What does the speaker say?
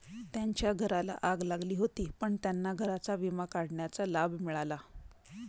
त्यांच्या घराला आग लागली होती पण त्यांना घराचा विमा काढण्याचा लाभ मिळाला